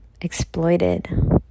exploited